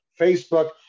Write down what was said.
Facebook